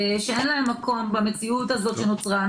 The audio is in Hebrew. שאין להם מקום במציאות הזאת שנוצרה.